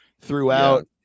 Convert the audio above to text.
throughout